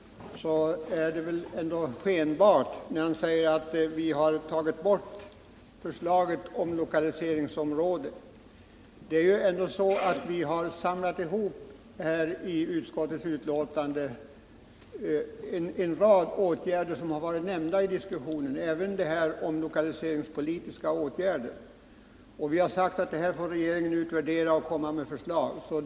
Det är i så fall en skenbar sådan. Han sade bl.a. att vi tagit bort förslaget om att placera in Landskrona i ett stödområde. Men vi har i utskottets betänkande samlat ihop en rad förslag som har nämnts i diskussionen, även detta om lokaliseringspolitiska åtgärder. Vi har sagt att regeringen nu får göra en utvärdering och komma med förslag.